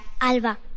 Alba